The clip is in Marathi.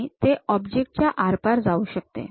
आणि ते ऑब्जेक्ट च्या आरपार जाऊ शकते